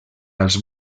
als